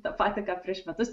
tą patį ką prieš metus